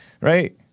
Right